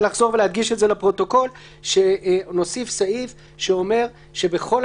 היה פה חידוד לגבי הבניה של שיקול הדעת בסעיף 3. העברנו